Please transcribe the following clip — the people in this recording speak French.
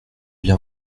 bien